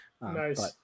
Nice